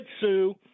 Sue